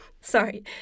Sorry